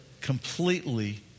completely